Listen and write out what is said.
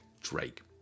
Drake